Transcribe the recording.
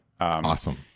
awesome